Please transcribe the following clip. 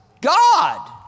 God